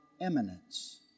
eminence